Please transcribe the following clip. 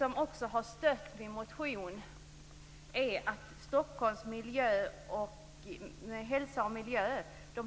Något som har stött min motion är resultatet från de ordentliga mätningar som Miljö och hälsoskyddsnämnden i